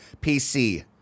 PC